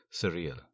surreal